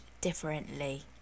differently